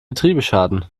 getriebeschaden